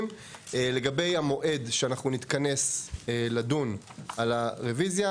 לגבי המועד שאנחנו נתכנס לדון על הרביזיה.